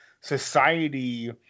Society